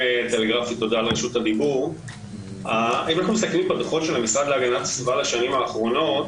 אם אנחנו מסתכלים בדוחות של המשרד להגנת הסביבה בשנים האחרונות,